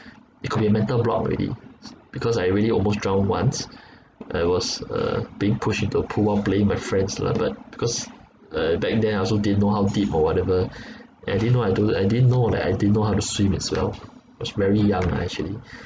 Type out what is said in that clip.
it could be mental block already because I already almost drown once I was uh being pushed into a pool while playing with my friends lah but because uh back then I also didn't know how deep or whatever and didn't know I don't and didn't know that I didn't know how to swim as well I was very young lah actually